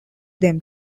them